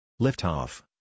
Liftoff